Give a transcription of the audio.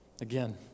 again